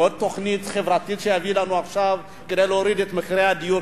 עוד תוכנית חברתית שיביא לנו עכשיו כדי להוריד את מחירי הדיור,